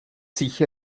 sich